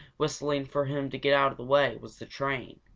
whistling for him to get out of the way, was the train.